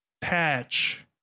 patch